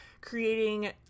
creating